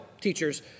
teachers